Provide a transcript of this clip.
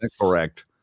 correct